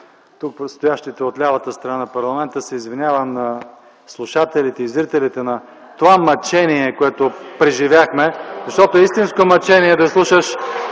тук стоящите, от лявата страна на парламента, се извинявам на слушателите и зрителите на това мъчение, което преживяхме. Защото истинско мъчение е да слушаш